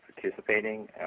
participating